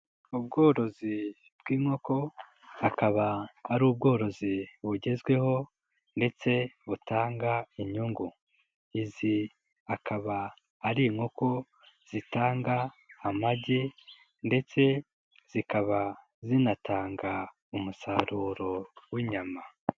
Ubworozi bw'inkoko akaba ari ubworozi bugezweho ndetse butanga inyungu. Izi akaba ari inkoko zitanga amagi ndetse zikaba zinatanga umusaruro w'inyama.